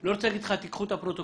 לא רוצה להגיד לך לקרוא את הפרוטוקול,